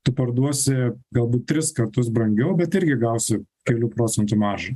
tu parduosi galbūt tris kartus brangiau bet irgi gausi kelių procentų maržą